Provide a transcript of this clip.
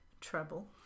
treble